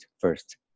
first